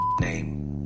name